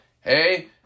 Hey